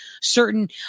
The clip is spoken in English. certain